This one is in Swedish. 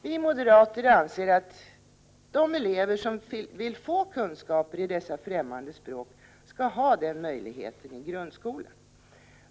Vi moderater anser att de elever som vill få kunskaper i dessa främmande språk skall ha den möjligheten i grundskolan.